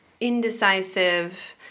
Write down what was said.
indecisive